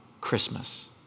Christmas